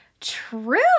true